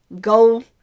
Go